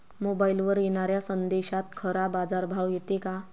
मोबाईलवर येनाऱ्या संदेशात खरा बाजारभाव येते का?